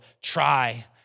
try